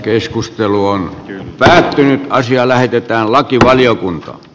keskustelu on voitaisiin viedä yhdessä eteenpäin